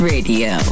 Radio